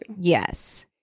Yes